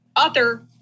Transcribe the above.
author